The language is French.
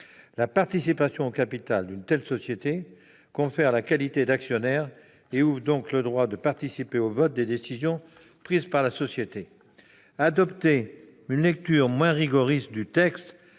La participation au capital d'une telle société confère la qualité d'actionnaire et ouvre donc le droit de participer au vote des décisions prises par la société. Adopter une lecture moins rigoriste du texte